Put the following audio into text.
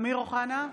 אמיר אוחנה,